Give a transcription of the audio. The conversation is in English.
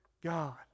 God